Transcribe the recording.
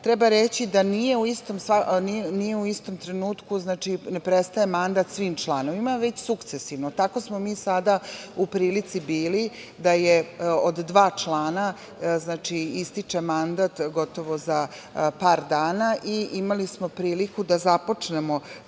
treba reći da ne prestaje u istom trenutku mandat svim članovima, već sukcesivno. Tako smo mi sada u prilici bili da je od dva člana, ističe mandat gotovo za par dana, i imali smo priliku da započnemo